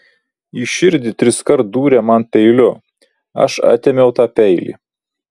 į širdį triskart dūrė man peiliu aš atėmiau tą peilį